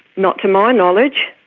not to my knowledge.